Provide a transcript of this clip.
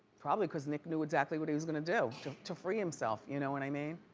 probably cause nick knew exactly what he was gonna do to free himself, you know what i mean?